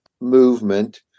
movement